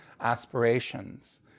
aspirations